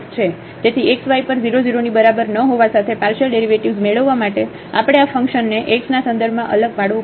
તેથીxy પર 0 0 ની બરાબર ન હોવા સાથે પાર્શિયલ ડેરિવેટિવ્ઝ મેળવવા માટે આપણે આ ફંકશનને x ના સંદર્ભમાં અલગ પાડવું પડશે